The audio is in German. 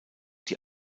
die